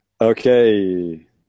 Okay